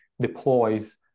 deploys